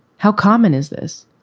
how common is this?